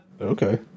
Okay